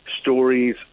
stories